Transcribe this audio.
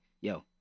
Yo